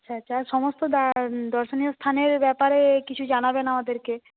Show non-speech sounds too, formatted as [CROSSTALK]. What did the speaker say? [UNINTELLIGIBLE] সমস্ত [UNINTELLIGIBLE] দর্শনীয় স্থানের ব্যাপারে কিছু জানাবেন আমাদেরকে